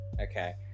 Okay